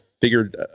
figured